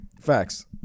Facts